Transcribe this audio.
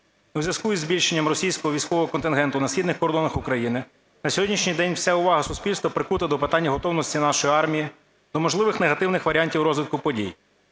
У зв'язку із збільшенням російського військового контингенту на східних кордонах України на сьогоднішній день вся увага суспільства прикута до питання готовності нашої армії, до можливих негативних варіантів розвитку подій.